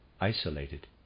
isolated